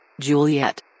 Juliet